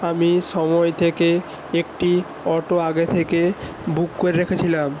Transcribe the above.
আমি সময় থেকে একটি অটো আগে থেকে বুক করে রেখেছিলাম